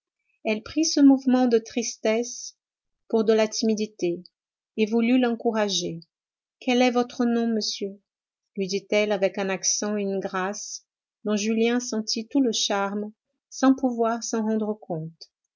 elle prit ce mouvement de tristesse pour de la timidité et voulut l'encourager quel est votre nom monsieur lui dit-elle avec un accent et une grâce dont julien sentit tout le charme sans pouvoir s'en rendre compte